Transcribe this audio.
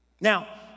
Now